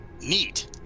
Neat